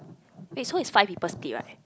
it's who is five people stay right